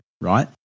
Right